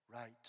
right